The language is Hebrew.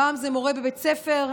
פעם זה מורה בבית ספר,